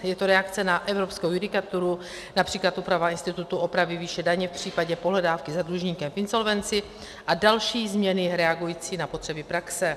Je to reakce na evropskou judikaturu, například úprava institutu opravy výše daně v případě pohledávky za dlužníkem v insolvenci a další změny reagující na potřeby praxe.